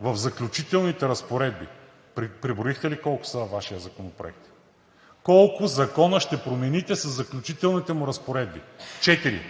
в Заключителните разпоредби. Преброихте ли колко са във Вашия законопроект? Колко закона ще промените със Заключителните разпоредби – четири?